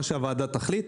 מה שהוועדה תחליט.